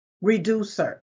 reducer